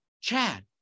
Chad